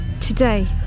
Today